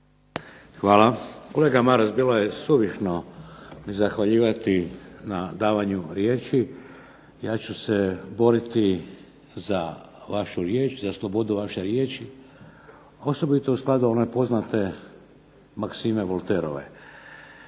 Hvala. Kolega Maras bilo je suvišno zahvaljivati na davanju riječi. Ja ću se boriti za vašu riječ, za slobodu vaše riječi, osobito u skladu one poznate maksime Voltairove.